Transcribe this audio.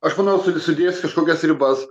aš manau su sudėjęs kokias ribas